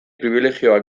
pribilegioak